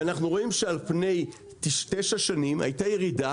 ואנחנו רואים שעל פני תשע שנים הייתה ירידה